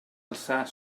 alçar